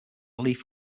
leaf